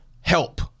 help